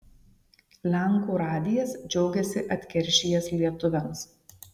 lenkų radijas džiaugiasi atkeršijęs lietuviams